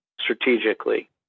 strategically